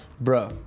Bro